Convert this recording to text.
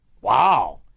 Wow